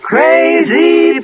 Crazy